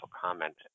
comment